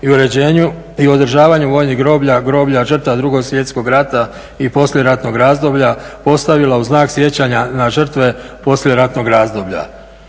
i održavanju vojnih groblja, groblja žrtava 2. svjetskog rata i poslijeratnog razdoblja postavila u znak sjećanja na žrtve poslijeratnog razdoblja.